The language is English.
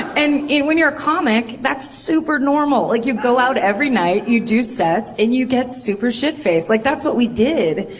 and and when you're a comic, that's like super normal. like you go out every night, you do sets, and you get super shitfaced. like that's what we did.